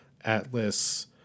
Atlas